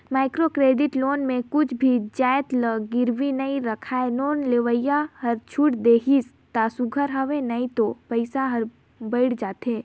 micro credit loan में कुछु भी जाएत ल गिरवी नी राखय लोन लेवइया हर छूट देहिस ता सुग्घर हवे नई तो पइसा हर बुइड़ जाथे